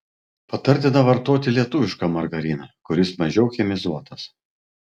patartina vartoti lietuvišką margariną kuris mažiau chemizuotas